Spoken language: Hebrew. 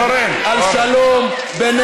אורן, אני שומע, אורן, אורן.